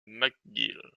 mcgill